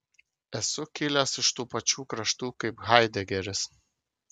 esu kilęs iš tų pačių kraštų kaip haidegeris